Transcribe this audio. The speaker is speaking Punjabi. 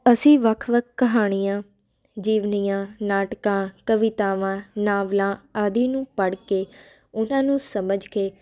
ਅਸੀਂ ਵੱਖ ਵੱਖ ਕਹਾਣੀਆਂ ਜੀਵਨੀਆਂ ਨਾਟਕਾਂ ਕਵਿਤਾਵਾਂ ਨਾਵਲਾਂ ਆਦਿ ਨੂੰ ਪੜ੍ਹ ਕੇ ਉਨ੍ਹਾਂ ਨੂੰ ਸਮਝ ਕੇ